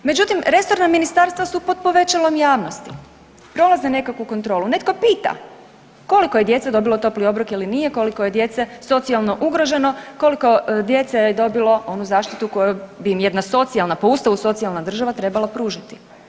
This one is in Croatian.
Međutim, resorna ministarstva su pod povećalom javnosti, prolaze nekakvu kontrolu, netko pita koliko je djece dobilo topli obrok ili nije, koliko je djece socijalno ugroženo, koliko djece je dobilo onu zaštitu koju bi im jedna socijalna, po Ustavu socijalna država trebala pružiti.